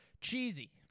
cheesy